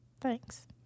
Thanks